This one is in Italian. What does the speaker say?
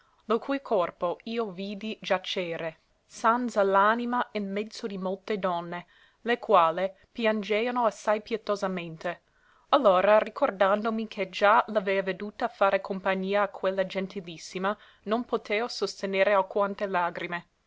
lo cui corpo io vidi giacere sanza l'anima in mezzo di molte donne le quali piangeano assai pietosamente allora ricordandomi che già l'avea veduta fare compagnia a quella gentilissima non poteo sostenere alquante lagrime